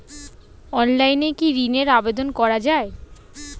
অনলাইনে কি ঋনের আবেদন করা যায়?